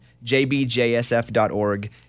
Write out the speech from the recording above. jbjsf.org